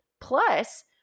Plus